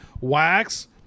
Wax